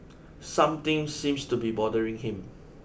something seems to be bothering him